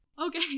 Okay